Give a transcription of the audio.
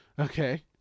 Okay